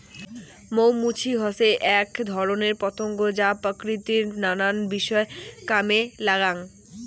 মৌ মুচি হসে আক ধরণের পতঙ্গ যা প্রকৃতির নানা বিষয় কামে লাগাঙ